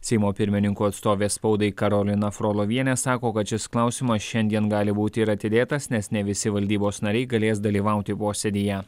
seimo pirmininkų atstovė spaudai karolina frolovienė sako kad šis klausimas šiandien gali būti ir atidėtas nes ne visi valdybos nariai galės dalyvauti posėdyje